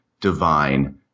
divine